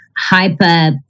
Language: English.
hyper